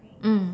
mm